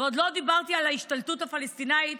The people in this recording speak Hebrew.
ועוד לא דיברתי על ההשתלטות הפלסטינית